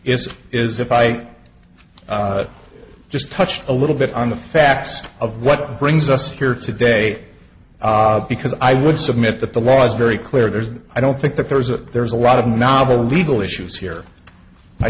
is is if i just touched a little bit on the facts of what brings us here today because i would submit that the law is very clear there's i don't think that there's a there's a lot of novel legal issues here i